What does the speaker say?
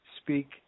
speak